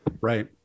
Right